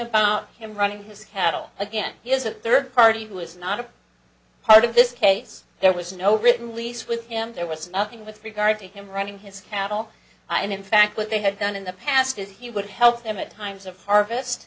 about him running his cattle again he has a third party who is not a part of this case there was no written lease with him there was nothing with regard to him running his cattle and in fact what they had done in the past is he would help them at times of harvest